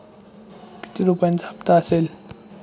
किती रुपयांचा हप्ता असेल?